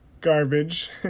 Garbage